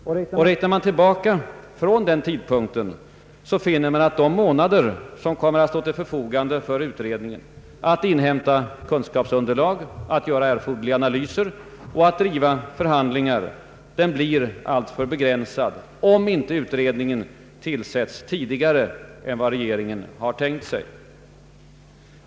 Om man räknar tillbaka från den tidpunkten, finner man att de månader som står till utredningens förfogande för att inhämta kunskapsunderlag, göra erforderliga analyser och driva förhandlingar blir alltför begränsade, om inte utredningen tillsätts tidigare än regeringen nu har tänkt sig.